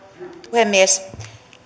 puhemies